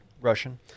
Russian